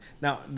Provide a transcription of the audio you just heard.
Now